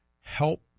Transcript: Help